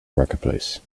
marketplace